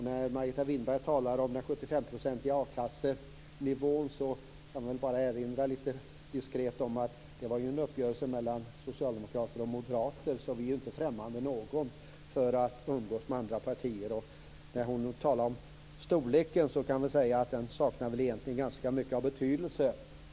Margareta Winberg talade om den 75-procentiga a-kassenivån. Då vill jag bara litet diskret erinra om att det var en uppgörelse mellan socialdemokrater och moderater. Så vi är inte främmande någon för att umgås med andra partier. Margareta Winberg talade också om storleken. Den saknar väl egentligen betydelse.